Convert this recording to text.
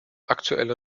aktuelle